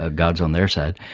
ah god's on their side,